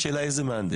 השאלה איזה מהנדס.